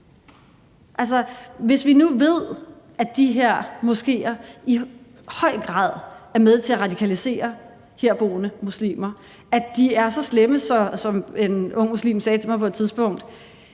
hvis vi nu ved, at de her moskéer i høj grad er med til at radikalisere herboende muslimer, og at de, som en ung muslim sagde til mig på et tidspunkt,